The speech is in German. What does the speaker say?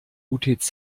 utz